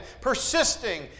persisting